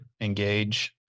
engage